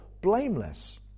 blameless